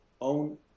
own